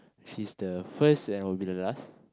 she's the first and will be the last